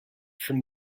from